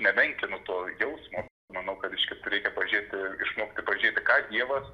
nemenkinu to jausmo manau kad iš tiesų reikia pažiūrėti išmokti pažiūrėti ką dievas